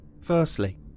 Firstly